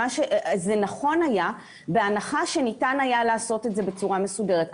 זה נכון היה בהנחה שניתן היה לעשות את זה בצורה מסודרת.